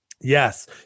Yes